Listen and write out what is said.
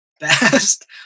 best